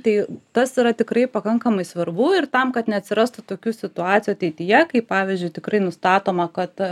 tai tas yra tikrai pakankamai svarbu ir tam kad neatsirastų tokių situacijų ateityje kai pavyzdžiui tikrai nustatoma kad